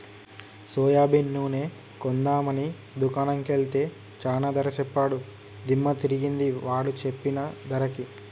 soybean నూనె కొందాం అని దుకాణం కెల్తే చానా ధర సెప్పాడు దిమ్మ దిరిగింది వాడు సెప్పిన ధరకి